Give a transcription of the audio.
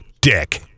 dick